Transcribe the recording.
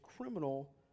criminal